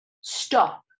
stop